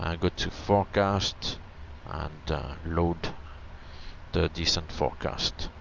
ah go to forecast and load the descent forecast